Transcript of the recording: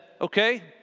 okay